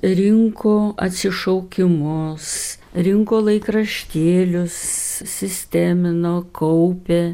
rinko atsišaukimus rinko laikraštėlius sistemino kaupė